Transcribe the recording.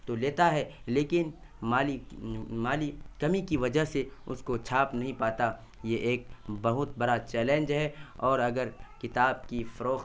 تو لیتا ہے لیکن مالی مالی کمی کی وجہ سے اس کو چھاپ نہیں پاتا یہ ایک بہت بڑا چیلنج ہے اور اگر کتاب کی فروخت